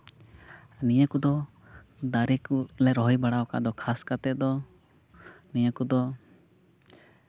ᱱᱤᱭᱟᱹ ᱠᱚᱫᱚ ᱫᱟᱨᱮ ᱠᱚᱞᱮ ᱨᱚᱦᱚᱭ ᱵᱟᱲᱟ ᱟᱠᱟᱫ ᱫᱚ ᱠᱷᱟᱥ ᱠᱟᱛᱮᱫ ᱫᱚ ᱱᱤᱭᱟᱹ ᱠᱚᱫᱚ